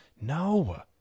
No